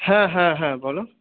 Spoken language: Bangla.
হ্যাঁ হ্যাঁ হ্যাঁ বলো